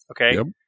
Okay